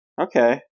Okay